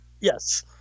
Yes